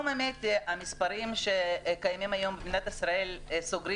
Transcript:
המספרים שקיימים היום במדינת ישראל סוגרים